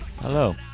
Hello